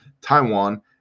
Taiwan